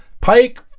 Pike